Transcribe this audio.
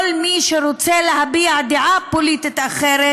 כל מי שרוצה להביע דעה פוליטית אחרת,